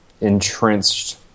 entrenched